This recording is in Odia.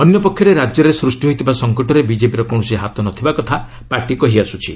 ଅନ୍ୟପକ୍ଷରେ ରାଜ୍ୟରେ ସୃଷ୍ଟି ହୋଇଥିବା ସଙ୍କଟରେ ବିକେପିର କୌଣସି ହାତ ନ ଥିବା କଥା ପାର୍ଟି କହିଆସ୍ବଛି